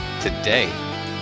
today